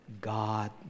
God